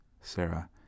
Sarah